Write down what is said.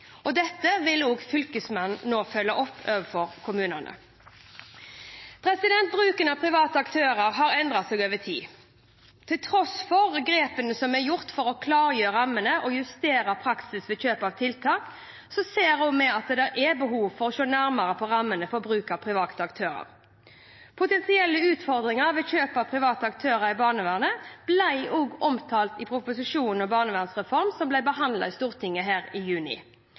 Dette vil også fylkesmennene nå følge opp overfor kommunene. Bruken av private aktører har endret seg over tid. Til tross for grepene som er tatt for å klargjøre rammene og justere praksis ved kjøp av tiltak, ser vi at det er behov for å se nærmere på rammene for bruken av private aktører. Potensielle utfordringer ved kjøp av private aktører i barnevernet ble omtalt i proposisjonen om barnevernsreformen, som ble behandlet i Stortinget i juni.